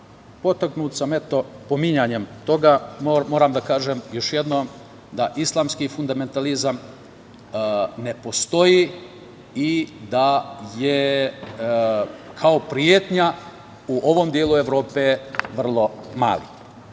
potaknut sam, eto, pominjanjem toga, moram da kažem još jednom da islamski fundamentalizam ne postoji i da je kao pretnja u ovom delu Evrope, vrlo mali,